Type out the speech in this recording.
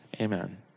Amen